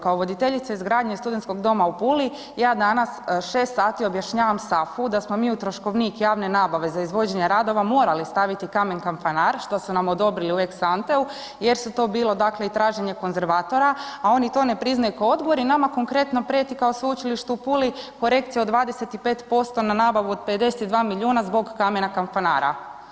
Kao voditeljica izgradnje Studentskog doma u Puli, ja danas 6 sati objašnjavam SAFU-u da smo mi u troškovnik javne nabave za izvođenje radova morali staviti kamen Kanfanar, što su nam odobrili u ex-ante-u jer su to bilo, dakle i traženje konzervatora, a oni to ne priznaju kao odgovor i nama konkretno prijeti kao Sveučilište u Puli korekcija od 25% na nabavu od 52 milijuna zbog kamena Kanfanara.